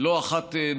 לא אחת נוקבת,